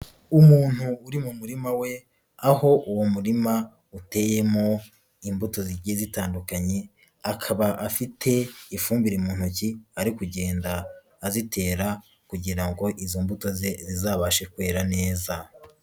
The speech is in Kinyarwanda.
Umuntu uri mu murima we, aho uwo murima uteyemo imbuto zigiye zitandukanye, akaba afite ifumbire mu ntoki ari kugenda azitera kugira ngo izo mbuto ze zizabashe kwera neza.